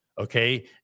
okay